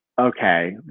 okay